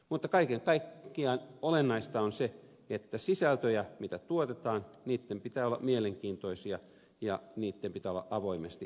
mutta kaiken kaikkiaan olennaista on se että sisältöjen mitä tuotetaan pitää olla mielenkiintoisia ja olla avoimesti saatavissa